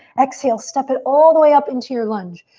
exhale, step it all the way up into your lunge.